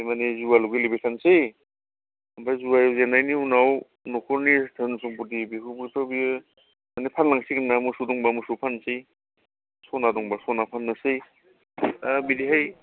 थारमाने जुवाल' गेलेबाय थासै आमफ्राय जुवा गेलेनायनि उनाव नखरनि धोन सम्फथि बेखौबोथ' बेयो माने फानलां सिगोन ना मोसौ दंबा मोसौ फानसै सना दंबा सना फाननोसै बिदिहाय